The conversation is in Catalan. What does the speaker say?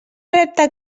repte